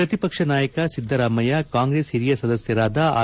ಪ್ರತಿಪಕ್ಷ ನಾಯಕ ಸಿದ್ದರಾಮಯ್ಯ ಕಾಂಗ್ರೆಸ್ ಹಿರಿಯ ಸದಸ್ಯರಾದ ಆರ್